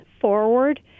forward